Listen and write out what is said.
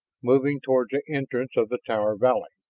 moving toward the entrance of the tower valley.